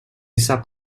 sap